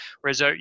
whereas